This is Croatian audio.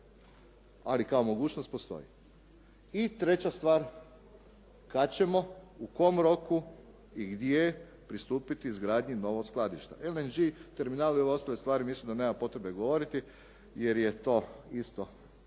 ali kao mogućnost postoji. I treća stvar, kad ćemo, u kom roku i gdje pristupit izgradnji novog skladišta? LNG terminali, ostale stvari mislim da nema potrebe govoriti jer je to isto,